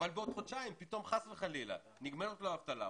אבל בעוד חודשיים פתאום חס וחלילה נגמרת לו האבטלה,